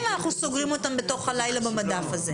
ואנחנו סוגרים אותן בלילה במדף הזה.